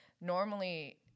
normally